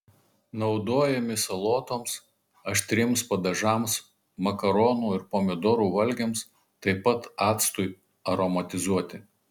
naudojami salotoms aštriems padažams makaronų ir pomidorų valgiams taip pat actui aromatizuoti